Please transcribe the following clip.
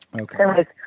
Okay